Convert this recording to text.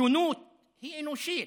שונות היא אנושית,